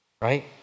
right